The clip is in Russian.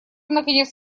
наконец